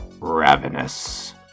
ravenous